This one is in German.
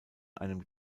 einem